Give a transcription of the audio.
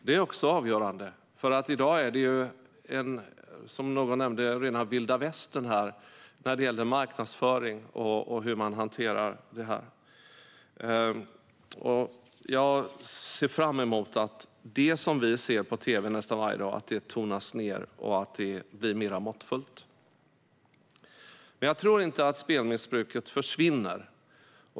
Det är avgörande, för i dag är det, som någon nämnde, rena vilda västern när det gäller marknadsföring och hur man hanterar detta. Jag ser fram emot att det som vi ser på tv nästan varje dag tonas ned och blir mer måttfullt. Men jag tror inte att spelmissbruket försvinner.